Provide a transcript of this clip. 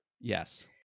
Yes